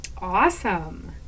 Awesome